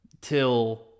Till